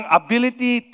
ability